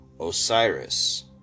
Osiris